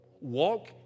walk